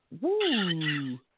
Woo